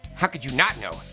how could you not know?